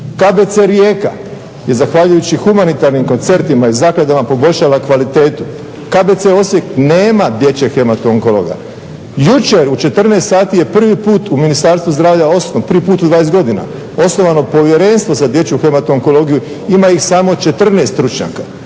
KBC Rijeka je zahvaljujući humanitarnim koncertima i zakladama poboljšala kvalitetu. KBC Osijek nema dječjeg hematoonkologa. Jučer u 14 sati je prvi put u Ministarstvu zdravlja osnovan prvi put u 20 godina osnovano Povjerenstvo za dječju hematoonkologiju. Ima ih samo 14 stručnjaka.